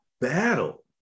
Battle